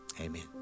Amen